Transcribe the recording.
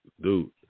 Dude